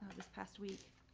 this past week,